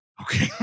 Okay